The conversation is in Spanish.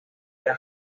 era